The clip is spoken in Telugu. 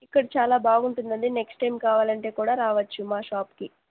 ఇక్కడ చాలా బాగుంటుందండి నెక్స్ట్ టైం కావాలంటే కూడా రావచ్చు మా షాప్కి